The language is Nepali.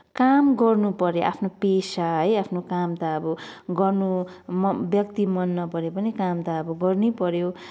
काम गर्नु परे आफ्नो पेसा है आफ्नो काम त अब गर्नु व्यक्ति मन नपरे पनि काम त अब गर्नै पऱ्यो